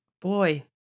boy